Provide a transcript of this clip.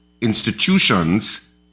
institutions